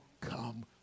come